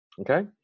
okay